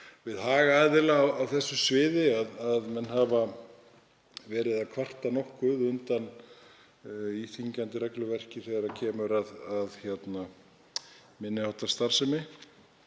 við hagaðila á þessu sviði, að menn hafa verið að kvarta nokkuð undan íþyngjandi regluverki þegar kemur að minni háttar starfsemi.